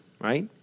right